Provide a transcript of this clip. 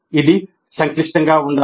ఇది సంక్లిష్టంగా ఉండాలి